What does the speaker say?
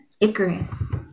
Icarus